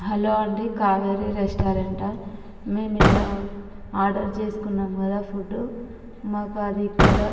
hello అండి Kaveri restaurant ఆ మేమిట్లా ఆర్డర్ చేసుకున్నాము కదా ఫుడ్ మాకు అది ఇక్కడ